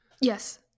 Yes